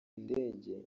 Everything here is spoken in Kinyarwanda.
ndege